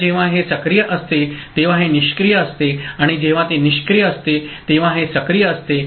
तर जेव्हा हे सक्रिय असते तेव्हा हे निष्क्रिय असते आणि जेव्हा ते निष्क्रिय असते तेव्हा हे सक्रिय असते